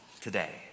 today